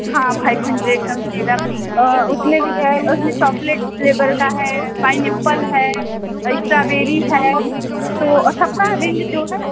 हाँ five hundred का मिलेगा उसमें भी है उसमें चॉकलेट फ्लेवर का है पाइनएप्पल है इश्ट्रॉबेरी है तो सब का रेंज जो है